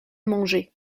manger